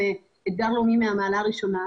אתגר לאומי מהמדרגה הראשונה.